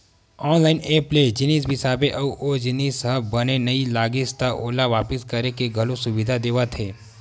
online app ले जिनिस बिसाबे अउ ओ जिनिस ह बने नइ लागिस त ओला वापिस करे के घलो सुबिधा देवत हे